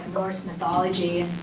norse mythology,